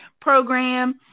program